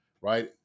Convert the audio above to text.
right